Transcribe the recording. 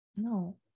No